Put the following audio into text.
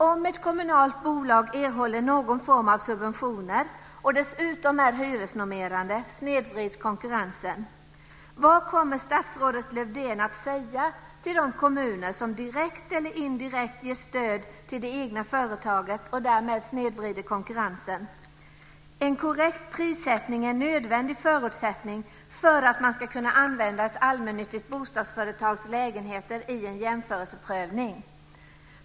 Om ett kommunalt bolag erhåller någon form av subventioner och dessutom är hyresnormerande snedvrids konkurrensen. Vad kommer statsrådet Lövdén att säga till de kommuner som direkt eller indirekt ger stöd till det egna företaget och därmed snedvrider konkurrensen? En korrekt prissättning är en nödvändig förutsättning för att man ska kunna använda ett allmännyttigt bostadsföretags lägenheter i en jämförelseprövning.